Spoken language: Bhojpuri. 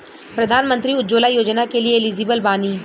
प्रधानमंत्री उज्जवला योजना के लिए एलिजिबल बानी?